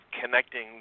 connecting